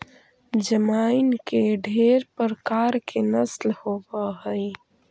जमाइन के ढेर प्रकार के नस्ल होब हई